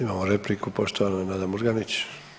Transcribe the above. Imamo repliku poštovana Nada Murganić.